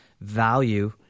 value